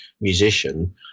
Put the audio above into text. musician